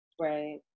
right